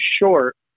short